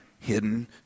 hidden